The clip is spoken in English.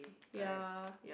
ya